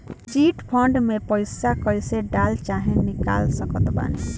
Chit fund मे पईसा कईसे डाल चाहे निकाल सकत बानी?